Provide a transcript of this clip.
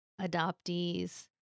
adoptees